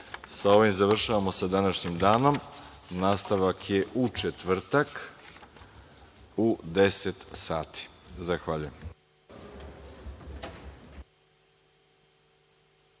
ovim završavamo sa današnjim danom. Nastavak je u četvrtak u 10.00 časova. Zahvaljujem.